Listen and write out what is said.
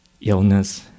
illness